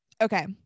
Okay